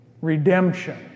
redemption